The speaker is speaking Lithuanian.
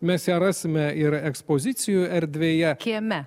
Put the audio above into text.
mes ją rasime ir ekspozicijų erdvėje kieme